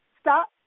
stop